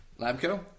Labco